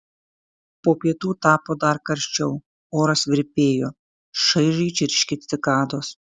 po pietų tapo dar karščiau oras virpėjo šaižiai čirškė cikados